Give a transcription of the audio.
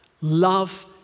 love